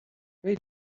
rate